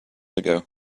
ago